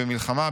ובמלחמה,